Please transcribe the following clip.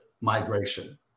migration